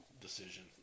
decision